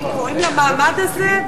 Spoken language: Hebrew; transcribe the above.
קוראים למעמד הזה,